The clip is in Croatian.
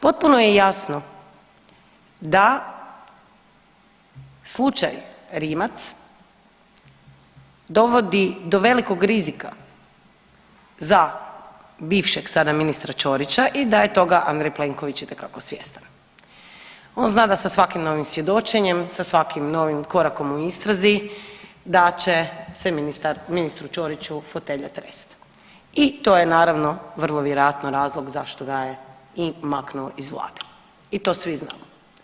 Potpuno je jasno da slučaj Rimac dovodi do velikog rizika za bivšeg sada ministra Ćorića i da je toga Andrej Plenković itekako svjestan, on zna da sa svakim novim svjedočenjem, sa svakim novim korakom u istrazi da će se ministar, ministru Ćoriću fotelja trest i to je naravno vrlo vjerojatno razlog zašto ga je i maknuo iz vlade i to svi znamo.